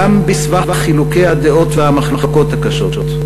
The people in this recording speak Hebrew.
גם בסבך חילוקי הדעות והמחלוקות הקשות,